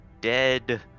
dead